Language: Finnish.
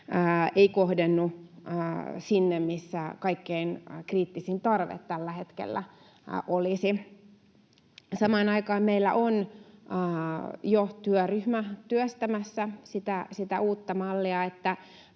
ei kohdennu sinne, missä kaikkein kriittisin tarve tällä hetkellä olisi. Samaan aikaan meillä on jo työryhmä työstämässä uutta mallia,